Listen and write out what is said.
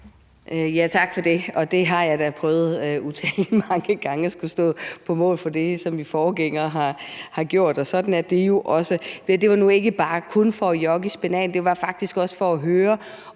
Tak for det. Det har jeg da prøvet utallige gange, altså at skulle stå på mål for det, som min forgænger har gjort, og sådan er det jo. Det var nu ikke bare kun for at træde i det; det var faktisk også for at høre,